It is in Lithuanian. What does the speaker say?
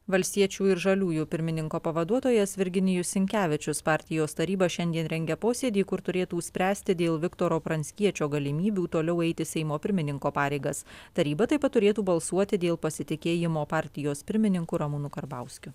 valstiečių ir žaliųjų pirmininko pavaduotojas virginijus sinkevičius partijos taryba šiandien rengia posėdį kur turėtų spręsti dėl viktoro pranckiečio galimybių toliau eiti seimo pirmininko pareigas taryba taip pat turėtų balsuoti dėl pasitikėjimo partijos pirmininku ramūnu karbauskiu